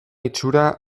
itxura